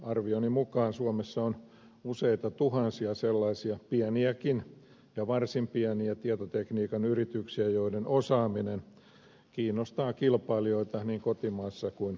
arvioni mukaan suomessa on useita tuhansia sellaisia pieniäkin ja varsin pieniä tietotekniikan yrityksiä joiden osaaminen kiinnostaa kilpailijoita niin kotimaassa kuin ulkomaillakin